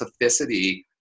specificity